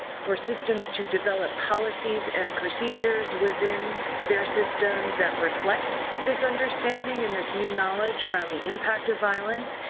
for systems to develop policies and procedures within their system that reflect this understanding and this new knowledge around the impact of violence,